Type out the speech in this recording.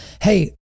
Hey